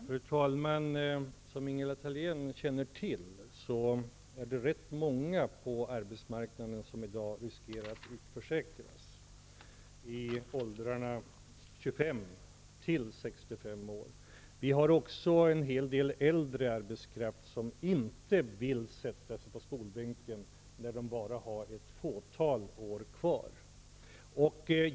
Fru talman! Som Ingela Thalén känner till är det rätt många på arbetsmarknaden som i dag riskerar att utförsäkras i åldrarna 25--65 år. Det finns också en hel del äldre arbetskraft som inte vill sätta sig på skolbänken när de bara har ett fåtal verksamma år kvar.